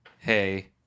hey